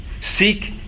Seek